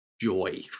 joy